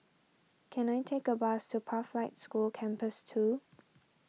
can I take a bus to Pathlight School Campus two